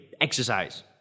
Exercise